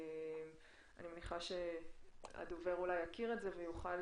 אני מניחה שהדובר יכיר את זה ויוכל